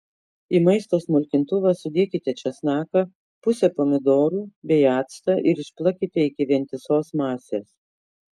į maisto smulkintuvą sudėkite česnaką pusę pomidorų bei actą ir išplakite iki vientisos masės